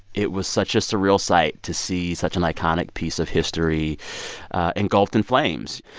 it was such a surreal sight to see such an iconic piece of history engulfed in flames.